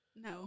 No